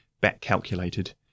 back-calculated